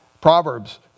Proverbs